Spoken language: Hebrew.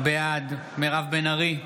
בעד מירב בן ארי,